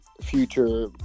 future